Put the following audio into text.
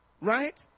Right